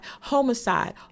homicide